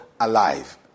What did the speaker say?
alive